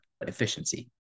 efficiency